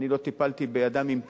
אני לא טיפלתי באדם עם פיגור,